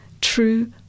true